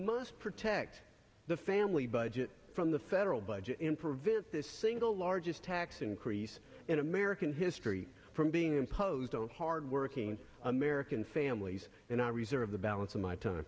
must protect the family budget from the federal budget and prevent this single largest tax increase in american history from being imposed on hardworking american families and i reserve the balance of my t